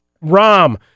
Rom